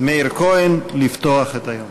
מאיר כהן לפתוח את היום.